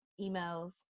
emails